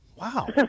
wow